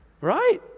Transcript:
Right